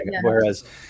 whereas